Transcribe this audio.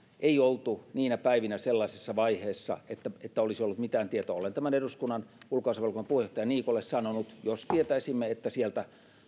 ei oltu niinä päivinä sellaisessa vaiheessa että että olisi ollut mitään tietoa olen tämän eduskunnan ulkoasiainvaliokunnan puheenjohtaja niikolle sanonut jos tietäisimme että sieltä